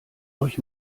euch